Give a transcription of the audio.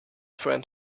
friend